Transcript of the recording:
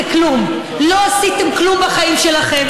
התשע"ח 2018, לוועדת הכלכלה נתקבלה.